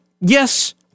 yes